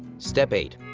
step eight.